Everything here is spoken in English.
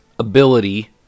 ability